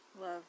love